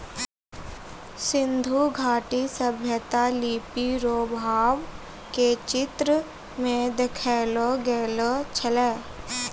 सिन्धु घाटी सभ्यता लिपी रो भाव के चित्र मे देखैलो गेलो छलै